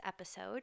episode